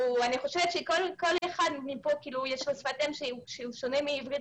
אני חושבת שכל אחד מכאן יש לו שפת אם שהיא שונה מעברית